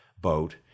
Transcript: boat